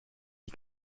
die